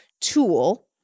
tool